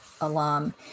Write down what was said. alum